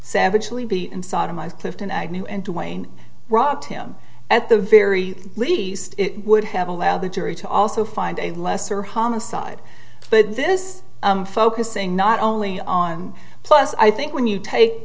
savagely beaten sodomized clifton agnew and to wayne robbed him at the very least it would have allowed the jury to also find a lesser homicide but this focusing not only on plus i think when you take